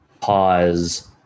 Pause